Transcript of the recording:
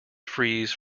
freeze